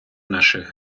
наших